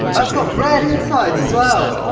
that's got red insides as well!